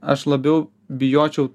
aš labiau bijočiau